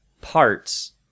parts